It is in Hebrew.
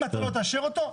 אם לא תאשר אותו,